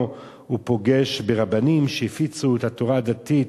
הוא פוגש ברבנים שהפיצו את התורה הדתית